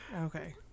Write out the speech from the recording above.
okay